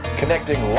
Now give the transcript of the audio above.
connecting